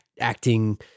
acting